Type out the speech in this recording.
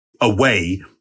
away